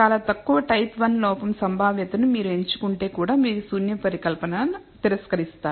చాలా తక్కువ type one లోపం సంభావ్యత ను మీరు ఎంచుకుంటే కూడా మీరు శూన్య పరికల్పన తిరస్కరిస్తారు